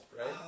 right